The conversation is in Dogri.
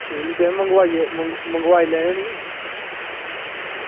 कोई निं तुस मंगवाई लैयो नी